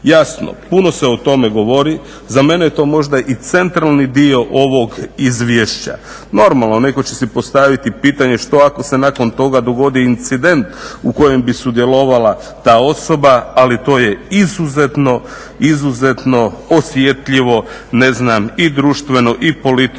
Jasno, puno se o tome govori. Za mene je to možda i centralni dio ovog izvješća. Normalno, netko će si postaviti pitanje što ako se nakon toga dogodi incident u kojem bi sudjelovala ta osoba, ali to je izuzetno osjetljivo i društveno i političko